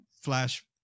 flash